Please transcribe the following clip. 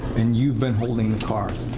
and you've been holding the cards.